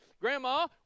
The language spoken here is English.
grandma